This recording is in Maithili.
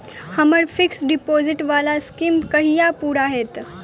हम्मर फिक्स्ड डिपोजिट वला स्कीम कहिया पूरा हैत?